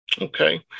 Okay